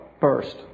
First